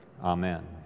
Amen